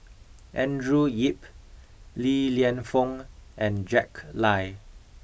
Andrew Yip Li Lienfung and Jack Lai